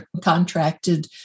contracted